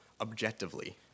objectively